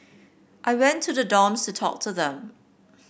I went to the dorms to talk to them